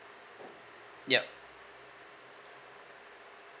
yup